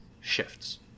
shifts